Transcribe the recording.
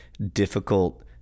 difficult